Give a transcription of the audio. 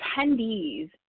attendees